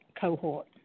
cohort